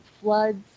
floods